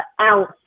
ounce